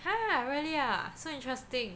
!huh! really ah so interesting